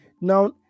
Now